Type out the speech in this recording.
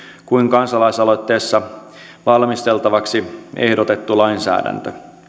kuin kansalaisaloitteessa valmisteltavaksi ehdotettu lainsäädäntö